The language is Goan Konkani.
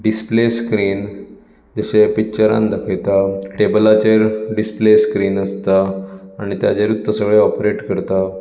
डिसप्ले स्क्रीन जशे पिच्चरान दाखयता टेबलाचेर डिसप्ले स्क्रीन आसता आनी ताजेरूच तो सगळें ऑपरेट करता